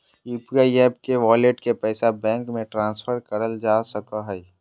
UPI app के wallet के पैसा बैंक मे ट्रांसफर करल जा सको हय